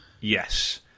Yes